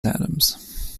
adams